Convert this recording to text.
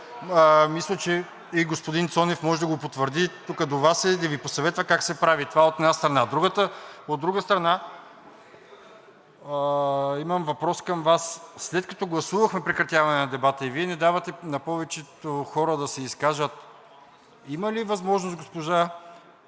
Мисля, че и господин Цонев може да го потвърди, тук до Вас е, да Ви посъветва как се прави. Това – от една страна. От друга страна, имам въпрос към Вас: след като гласувахме прекратяване на дебата и Вие не давате на повечето хора да се изкажат, има ли възможност госпожа